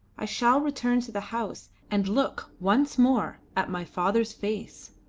i shall return to the house and look once more at my father's face.